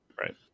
Right